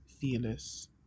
Fearless